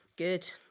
good